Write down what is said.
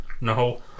No